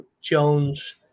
Jones